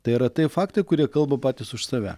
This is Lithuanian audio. tai yra tie faktai kurie kalba patys už save